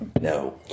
No